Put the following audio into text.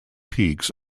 peaks